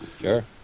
Sure